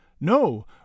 no